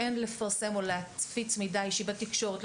שאין לפרסם ולהפיץ כל מידע בתקשורת,